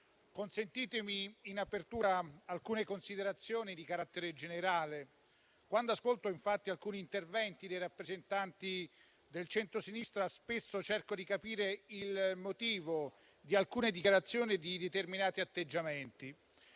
consentitemi, in apertura, alcune considerazioni di carattere generale. Quando ascolto infatti alcuni interventi dei rappresentanti del centrosinistra, spesso cerco di capire il motivo di alcune dichiarazioni e di determinati atteggiamenti.